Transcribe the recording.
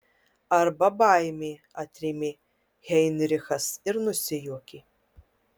arba baimė atrėmė heinrichas ir nusijuokė